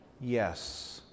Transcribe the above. Yes